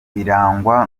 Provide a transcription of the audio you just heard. irangwa